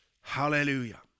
hallelujah